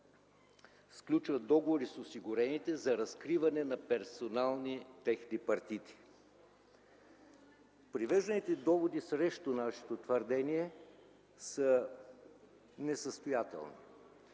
сключват договори с осигурените за разкриване на персонални техни партиди? Привежданите доводи срещу нашето твърдение са несъстоятелни,